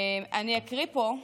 אני אקריא פה,